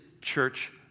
church